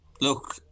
look